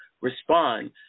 respond